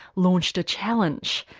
launched a challenge.